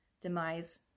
Demise